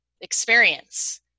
experience